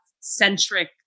centric